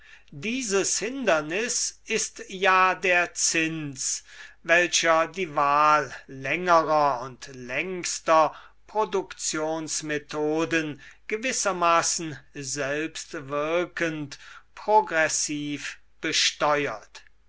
dieses hindernis ist ja der zins welcher die wahl längerer und längster produktionsmethoden gewissermaßen selbstwirkend progressiv besteuert